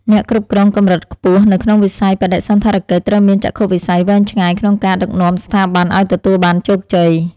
អ្នកគ្រប់គ្រងកម្រិតខ្ពស់នៅក្នុងវិស័យបដិសណ្ឋារកិច្ចត្រូវមានចក្ខុវិស័យវែងឆ្ងាយក្នុងការដឹកនាំស្ថាប័នឱ្យទទួលបានជោគជ័យ។